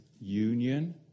union